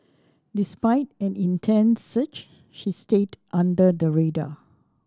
despite an intense search she stayed under the radar